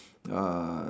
uh